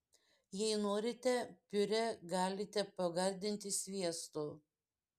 jei norite piurė galite pagardinti sviestu